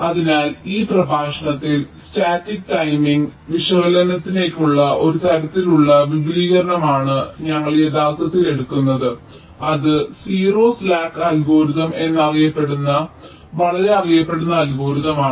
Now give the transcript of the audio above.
അതിനാൽ ഈ പ്രഭാഷണത്തിൽ സ്റ്റാറ്റിക് ടൈമിംഗ് വിശകലനത്തിലേക്കുള്ള ഒരു തരത്തിലുള്ള വിപുലീകരണമാണ് ഞങ്ങൾ യഥാർത്ഥത്തിൽ എടുക്കുന്നത് അത് സീറോ സ്ലാക്ക് അൽഗോരിതം എന്നറിയപ്പെടുന്ന വളരെ അറിയപ്പെടുന്ന അൽഗോരിതം ആണ്